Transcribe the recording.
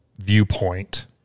viewpoint